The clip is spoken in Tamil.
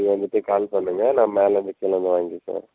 நீங்கள் வந்துட்டு கால் பண்ணுங்கள் நான் மேலலேருந்து கீழே வந்து வாங்கிக்கிறேன்